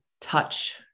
touch